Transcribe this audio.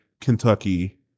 Kentucky